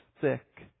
thick